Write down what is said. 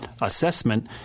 assessment